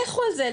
לכו על זה,